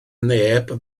neb